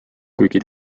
kuigi